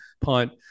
punt